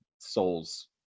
Souls